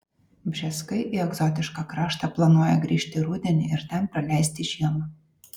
bžeskai į egzotišką kraštą planuoja grįžti rudenį ir ten praleisti žiemą